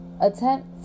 attempt